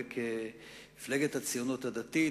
כמפלגת הציונות הדתית,